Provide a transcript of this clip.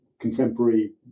contemporary